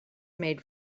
made